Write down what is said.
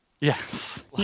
Yes